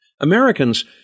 Americans